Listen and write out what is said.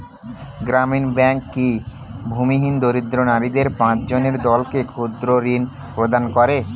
গ্রামীণ ব্যাংক কি ভূমিহীন দরিদ্র নারীদের পাঁচজনের দলকে ক্ষুদ্রঋণ প্রদান করে?